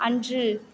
அன்று